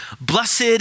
Blessed